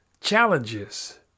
challenges